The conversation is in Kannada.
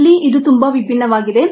ಇಲ್ಲಿ ಇದು ತುಂಬಾ ವಿಭಿನ್ನವಾಗಿದೆ